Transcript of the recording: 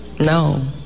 No